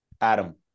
Adam